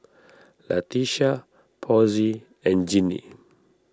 Latesha Posey and Jinnie